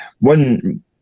one